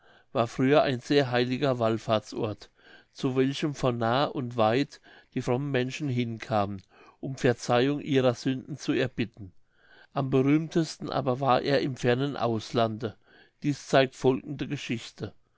war früher ein sehr heiliger wallfahrtsort zu welchem von nah und weit die frommen menschen hinkamen um verzeihung ihrer sünden zu erbitten am berühmtesten aber war er im fernen auslande dieß zeigt folgende geschichte